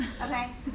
okay